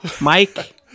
Mike